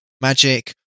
magic